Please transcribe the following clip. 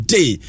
Day